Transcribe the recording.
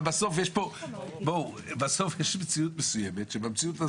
אבל בסוף יש מציאות מסוימת שהוא היטיב לתאר.